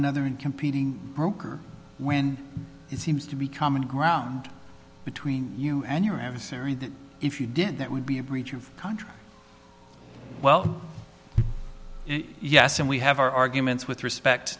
another and competing broker when it seems to be common ground between you and your adversary that if you did that would be a breach of contract well yes and we have our arguments with respect